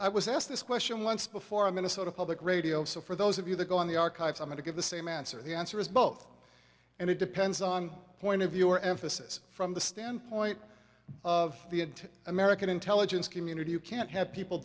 i was asked this question once before in minnesota public radio so for those of you that go on the archives i'm going to give the same answer the answer is both and it depends on point of view or emphasis from the standpoint of the american intelligence community you can't have people